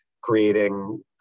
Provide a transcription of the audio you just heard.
creating